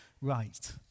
right